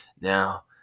Now